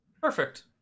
Perfect